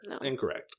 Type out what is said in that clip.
Incorrect